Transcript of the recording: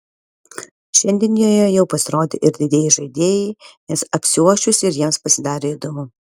šiandien joje jau pasirodė ir didieji žaidėjai nes apsiuosčius ir jiems pasidarė įdomu